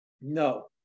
No